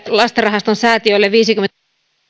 lastenrahaston säätiölle viisikymmentä miljoonaa